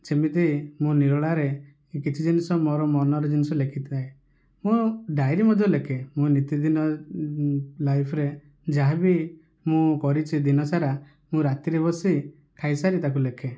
ସେମିତି ମୁଁ ନିରୋଳାରେ କିଛି ଜିନିଷ ମୋର ମନର ଜିନିଷ ଲେଖିଥାଏ ମୁଁ ଡାଇରି ମଧ୍ୟ ଲେଖେ ମୁଁ ନୀତିଦିନ ଲାଇଫ୍ ରେ ଯାହାବି ମୁଁ କରିଚି ଦିନସାରା ମୁଁ ରାତିରେ ବସି ଖାଇସାରି ତାକୁ ଲେଖେ